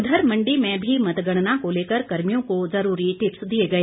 उधर मंडी में भी मतगणना को लेकर कर्मियों को जरूरी टिप्स दिए गए